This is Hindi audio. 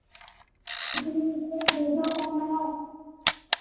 कितनी जो जो कैमरा